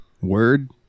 Word